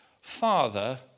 Father